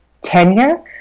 tenure